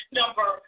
number